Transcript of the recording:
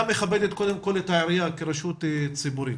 מכבדת קודם כל את העירייה כרשות ציבורית.